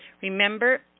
Remember